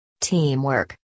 Teamwork